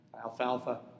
alfalfa